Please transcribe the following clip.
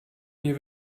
mir